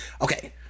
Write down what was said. Okay